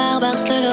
Barcelona